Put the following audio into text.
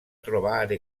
trovare